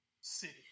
City